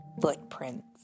footprints